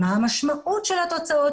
מה המשמעות של תוצאות